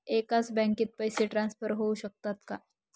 एकाच बँकेत पैसे ट्रान्सफर होऊ शकतात का?